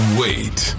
wait